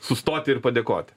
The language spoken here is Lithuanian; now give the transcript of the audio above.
sustoti ir padėkoti